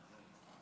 שלוש שעות.